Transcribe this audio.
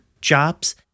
jobs